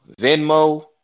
Venmo